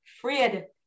Fred